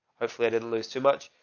hopefully i didn't lose too much,